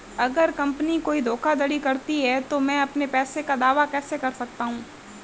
अगर कंपनी कोई धोखाधड़ी करती है तो मैं अपने पैसे का दावा कैसे कर सकता हूं?